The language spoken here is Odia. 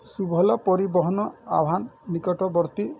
ଶୁଭଲ ପରିବହନ ଆହ୍ୱାନ ନିକଟବର୍ତ୍ତୀ